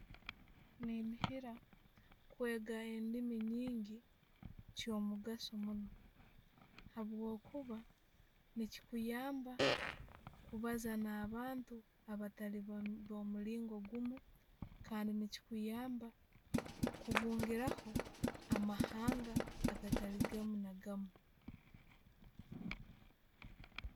Neniihiira kweega endiimi nyingi kyamu gaso munno habwokuba, ne'chukuyamba kubaaza na'bantu abaatali bobo'mulingo gumu kandi ne'chikuyamba okubungiiraho amahanga agatali agamu na'agamu.